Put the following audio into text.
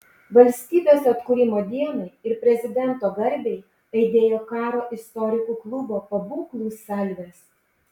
valstybės atkūrimo dienai ir prezidento garbei aidėjo karo istorikų klubo pabūklų salvės